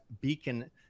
Beacon